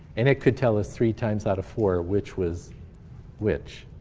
and it could tell us three times out of four which was which.